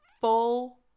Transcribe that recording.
full